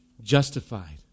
justified